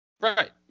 Right